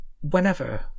whenever